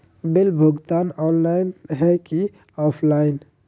Bill भुगतान online है की ऑफलाइन?